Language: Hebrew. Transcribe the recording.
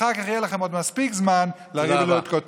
אחר כך יהיה לכם עוד מספיק זמן לריב ולהתקוטט,